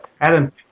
Adam